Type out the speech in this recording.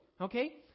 okay